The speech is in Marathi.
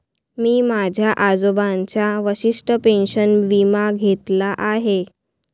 मी माझ्या आजोबांचा वशिष्ठ पेन्शन विमा घेतला आहे